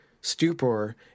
stupor